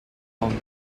found